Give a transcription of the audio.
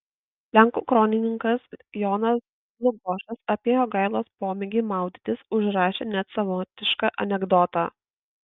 lenkų kronikininkas jonas dlugošas apie jogailos pomėgį maudytis užrašė net savotišką anekdotą